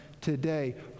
today